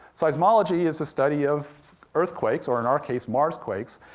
seismology is the study of earthquakes, or in our case, marsquakes,